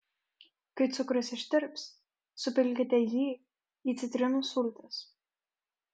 kai cukrus ištirps supilkite jį į citrinų sultis